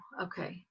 okay